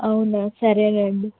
అవునా సరేలేండి